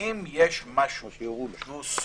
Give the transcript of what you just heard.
אם יש משהו שהוא סופר-דחוף